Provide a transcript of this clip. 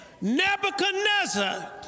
Nebuchadnezzar